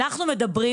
עכשיו שתבינו,